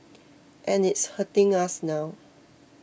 and it's hurting us now